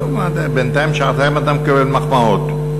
לא, בינתיים שעתיים אתה מקבל מחמאות.